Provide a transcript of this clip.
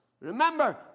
Remember